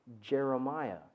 Jeremiah